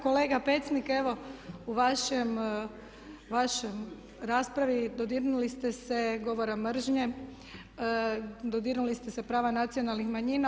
Kolega Pecnik evo u vašoj raspravi dodirnuli ste se govora mržnje, dodirnuli ste se prava nacionalnih manjina.